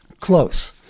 close